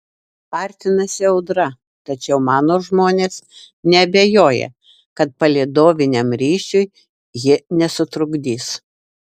artinasi audra tačiau mano žmonės neabejoja kad palydoviniam ryšiui ji nesutrukdys